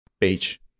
page